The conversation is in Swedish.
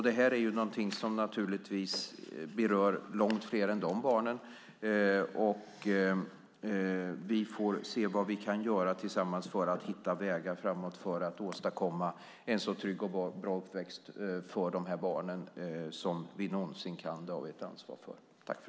Det här berör naturligtvis långt fler än de barnen, och vi får se vad vi tillsammans kan göra för att hitta vägar framåt och åstadkomma en så trygg och bra uppväxt för dessa barn som vi någonsin kan. Det har vi ett ansvar för.